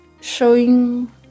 showing